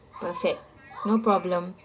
perfect no problem